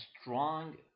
strong